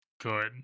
good